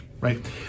right